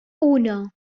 uno